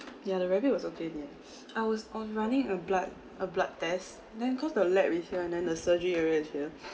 yeah the rabbit was okay in the end I was on running a blood a blood test then cause the lab is here and the surgery area is here